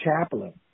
chaplain